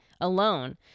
alone